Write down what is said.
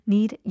Need